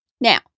Now